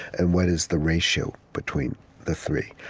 and what is the ratio between the three?